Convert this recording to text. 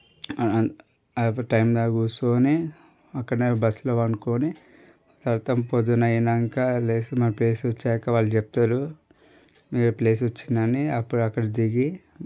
ఆ టైం దాకా కూర్చోని అక్కడనే బస్సులో పడుకొని తరవాత పొద్దున అయ్యాక లేచి మన ప్లేస్ వచ్చాక వాళ్ళు చెప్తారు మీ ప్లేస్ వచ్చింది అని అప్పుడు అక్కడ దిగి